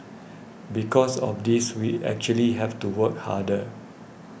because of this we actually have to work harder